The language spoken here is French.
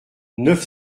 neuf